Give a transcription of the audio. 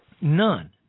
None